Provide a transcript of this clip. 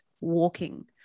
walking